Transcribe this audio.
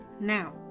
now